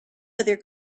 other